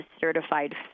certified